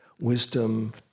wisdom